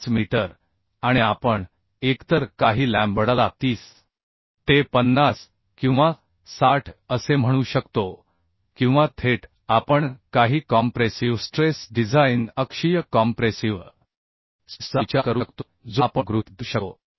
5 metre आणि आपण एकतर काही लॅम्बडाला 30 ते 50 किंवा 60 असे म्हणू शकतो किंवा थेट आपण काही कॉम्प्रेसिव्ह स्ट्रेस डिझाइन अक्षीय कॉम्प्रेसिव्ह स्ट्रेसचा विचार करू शकतो जो आपण गृहीत धरू शकतो